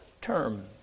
term